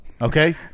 Okay